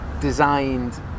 designed